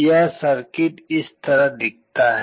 यह सर्किट इस तरह दिखता है